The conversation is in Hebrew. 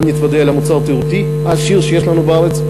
גם נתוודע למוצר התיירותי העשיר שיש לנו בארץ,